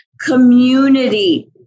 community